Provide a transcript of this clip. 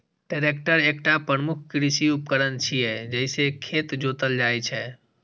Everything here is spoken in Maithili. ट्रैक्टर एकटा प्रमुख कृषि उपकरण छियै, जइसे खेत जोतल जाइ छै